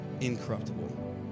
incorruptible